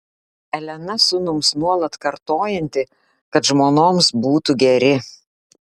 elena sūnums nuolat kartojanti kad žmonoms būtų geri